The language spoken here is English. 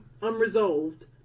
unresolved